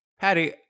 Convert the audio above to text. Patty